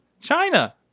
China